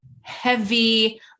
heavy